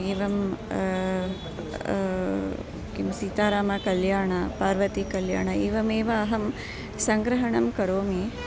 एवं किं सीतारामकल्याण पार्वतीकल्याणम् एवमेव अहं सङ्ग्रहणं करोमि